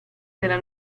della